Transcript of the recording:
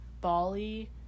Bali